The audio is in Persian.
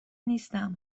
نیستم